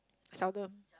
seldom